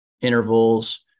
intervals